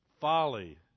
folly